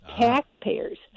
taxpayers